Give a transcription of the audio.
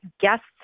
guests